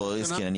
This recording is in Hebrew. פרופ' ריסקין,